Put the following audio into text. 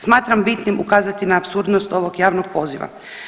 Smatram bitnim ukazati na apsurdnost ovog javnog poziva.